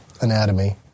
anatomy